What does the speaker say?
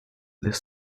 this